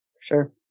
Sure